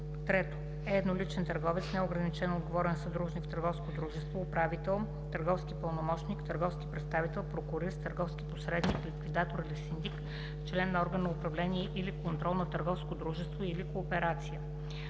е едноличен търговец, неограничено отговорен съдружник в търговско дружество, управител, търговски пълномощник, търговски представител, прокурист, търговски посредник, ликвидатор или синдик, член на орган на управление или контрол на търговско дружество или кооперация;